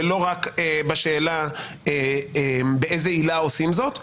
ולא רק בשאלה באיזה עילה עושים זאת.